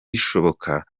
bizashoboka